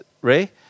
Ray